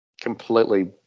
Completely